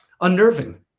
unnerving